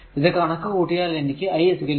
ഇത് കണക്കു കൂട്ടിയാൽ എനിക്ക് i 1